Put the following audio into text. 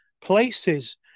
places